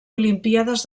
olimpíades